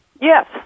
Yes